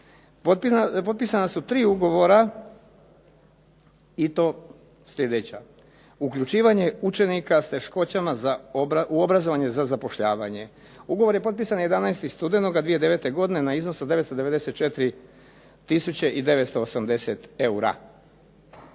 potpisana su tri ugovora i to slijedeća. Uključivanje učenika s teškoćama u obrazovanje za zapošljavanje. Ugovor je potpisan 11. studenoga 2009. godine na iznos od 994 tisuće